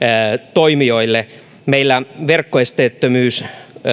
toimijoille meillä verkkoesteettömyys